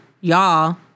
y'all